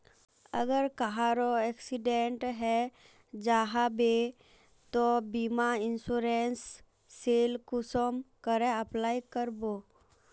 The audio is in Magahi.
अगर कहारो एक्सीडेंट है जाहा बे तो बीमा इंश्योरेंस सेल कुंसम करे अप्लाई कर बो?